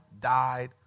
died